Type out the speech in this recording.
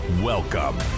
Welcome